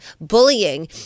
bullying